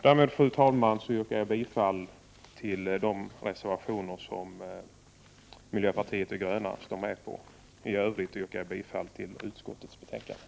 Därmed, fru talman, yrkar jag bifall till de reservationer som miljöpartiet de gröna är med på. I övrigt yrkar jag bifall till utskottets anmälan.